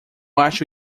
acho